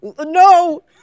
No